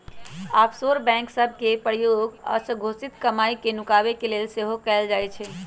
offshore bank सभ के प्रयोग अघोषित कमाई के नुकाबे के लेल सेहो कएल जाइ छइ